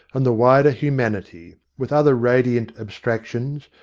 and the wider humanity with other radiant abstractions,